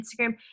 Instagram